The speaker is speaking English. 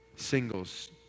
singles